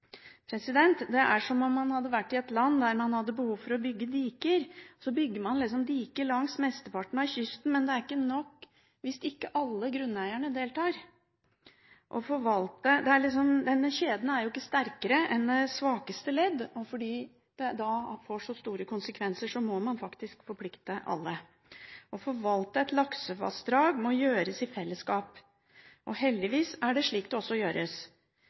Det er som om man var i et land der man hadde behov for å bygge diker og så bygde diker langs mesteparten av kysten. Men det er ikke nok hvis ikke alle grunneierne deltar. Denne kjeden er jo ikke sterkere enn det svakeste ledd, og fordi det får så store konsekvenser, må man faktisk forplikte alle. Å forvalte et laksevassdrag må gjøres i fellesskap. Heldigvis er det også slik det gjøres.